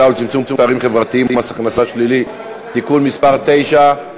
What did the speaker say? ולצמצום פערים חברתיים (מס הכנסה שלילי) (תיקון מס' 9),